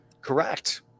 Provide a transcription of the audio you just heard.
Correct